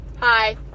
Hi